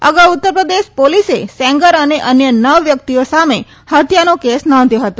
અગાઉ ઉત્તરપ્રદેશ પોલીસે સેંગર અને અન્ય નવ વ્યક્તિઓ સામે હત્યાનો કેસ નોંધ્યો હતો